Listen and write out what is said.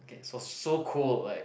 okay so so cold like